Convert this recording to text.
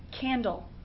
candle